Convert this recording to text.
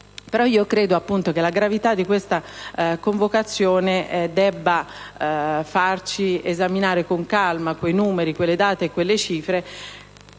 inoltre che la gravità di questa convocazione debba farci esaminare con calma quei numeri, quei dati e quelle cifre,